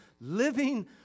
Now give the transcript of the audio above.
living